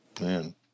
Man